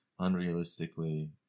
unrealistically